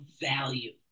value